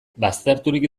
bazterturik